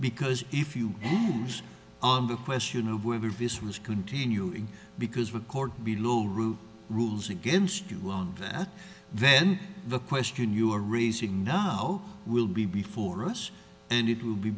because if you am on the question of whether vis was continuing because of a court below route rules against you that then the question you are raising now will be before us and it will be